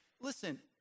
Listen